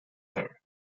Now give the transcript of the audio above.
her